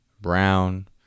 brown